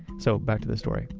so, back to the story.